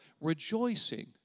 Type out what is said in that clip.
rejoicing